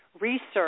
Research